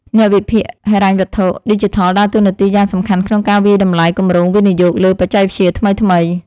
អ្នកវិភាគហិរញ្ញវត្ថុឌីជីថលដើរតួនាទីយ៉ាងសំខាន់ក្នុងការវាយតម្លៃគម្រោងវិនិយោគលើបច្ចេកវិទ្យាថ្មីៗ។